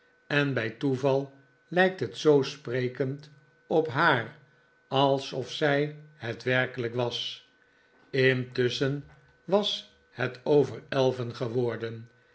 en bij toeval lijkt het zoo sprekend op haar also zij t werkelijk was intusschen was het over elven geworden